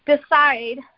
decide